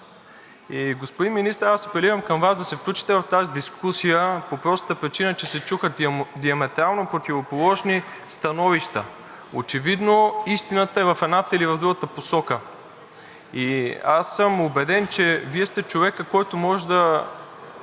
Господин Министър, аз апелирам към Вас да се включите в тази дискусия по простата причина, че се чуха диаметрално противоположни становища. Очевидно истината е в едната или в другата посока. Аз съм убеден, че Вие сте човекът, който може да